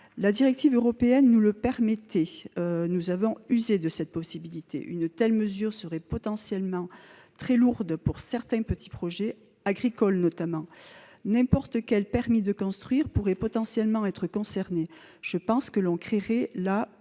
La directive européenne nous le permettait. Nous avons usé de cette possibilité. La mesure proposée serait potentiellement très lourde pour certains petits projets, agricoles notamment. N'importe quel permis de construire pourrait potentiellement être concerné. Je pense que l'on créerait ainsi